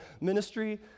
ministry